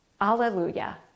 Alleluia